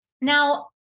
Now